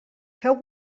feu